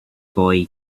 boy